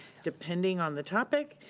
depending on the topic,